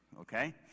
Okay